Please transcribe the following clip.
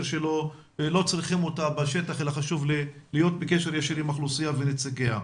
שלא צריכים אותה בשטח אלא חשוב להיות בקשר עם האוכלוסייה ונציגיה.